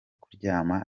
kuryama